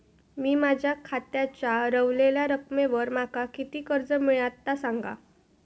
मी माझ्या खात्याच्या ऱ्हवलेल्या रकमेवर माका किती कर्ज मिळात ता सांगा?